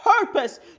purpose